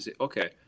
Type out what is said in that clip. Okay